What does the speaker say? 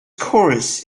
chorus